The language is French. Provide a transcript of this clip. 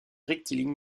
rectiligne